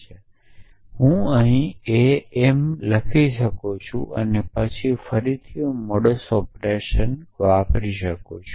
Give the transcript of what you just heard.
પરંતુ હું am લખી શકું છું અને પછી ફરીથી હું મોડસ ઓપરેટરને વાપરી શકું છું